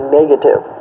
negative